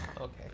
Okay